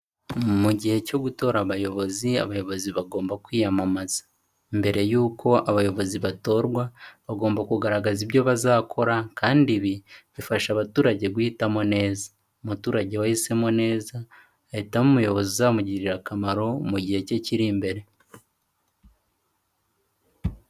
Mu gihe cyo gutora abayobozi abayobozi bagomba kwiyamamaza. Mbere yuko abayobozi batorwa, bagomba kugaragaza ibyo bazakora kandi ibi bifasha abaturage guhitamo neza. Umuturage wahisemo neza ahitamo umuyobozi uzamugirira akamaro mu gihe cye kiri imbere.